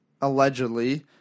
allegedly